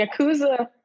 Yakuza